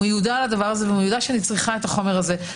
הוא מיודע על כך ועל כך שאני צריכה את החומר הזה.